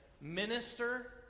minister